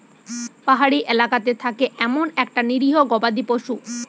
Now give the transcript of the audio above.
পাহাড়ি এলাকাতে থাকে এমন একটা নিরীহ গবাদি পশু